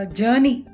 journey